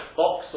box